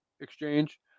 exchange